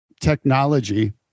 technology